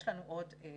בהחלט יש לנו עוד